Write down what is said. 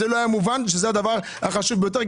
זה לא היה מובן שזה הדבר החשוב ביותר.